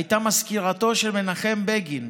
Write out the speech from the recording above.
הייתה מזכירתו של מנחם בגין,